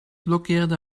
blokkeerde